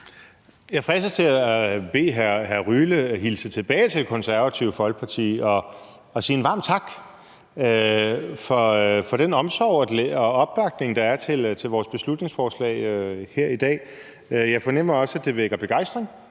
Jeg fristes til at bede hr. Alexander Ryle hilse tilbage til Det Konservative Folkeparti og sige en varm tak for den omsorg og opbakning, der er til vores beslutningsforslag her i dag. Jeg fornemmer også, at det vækker begejstring;